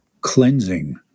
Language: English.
cleansing